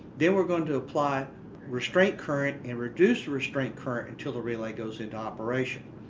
they were going to apply restraint current and reduce restraint current until the relay goes into operation.